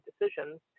decisions